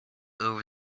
over